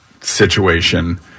situation